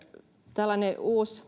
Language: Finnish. tällaisen